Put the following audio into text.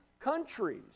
countries